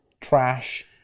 trash